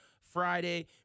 Friday